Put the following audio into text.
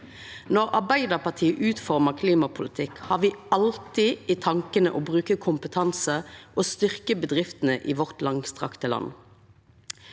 Når Arbeidarpartiet utformar klimapolitikk, har me alltid i tankane å bruka kompetanse, å styrkja bedriftene i vårt langstrekte land.